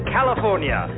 California